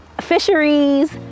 Fisheries